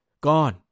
Gone